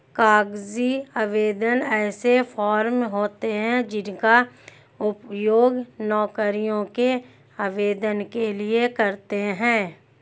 कागजी आवेदन ऐसे फॉर्म होते हैं जिनका उपयोग नौकरियों के आवेदन के लिए करते हैं